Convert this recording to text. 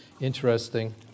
interesting